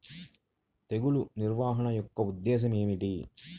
తెగులు నిర్వహణ యొక్క ఉద్దేశం ఏమిటి?